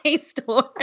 store